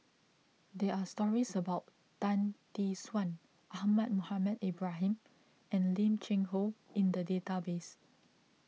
there are stories about Tan Tee Suan Ahmad Mohamed Ibrahim and Lim Cheng Hoe in the database